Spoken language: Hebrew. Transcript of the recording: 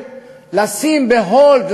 של לשים ב-hold,